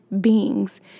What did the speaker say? beings